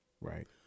right